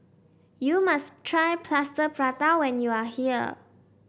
you must try Plaster Prata when you are here